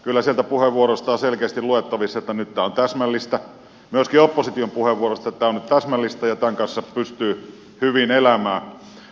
kyllä sieltä puheenvuoroista on selkeästi luettavissa että nyt tämä on täsmällistä myöskin opposition puheenvuoroista että tämä on nyt täsmällistä ja tämän kanssa pystyy hyvin elämään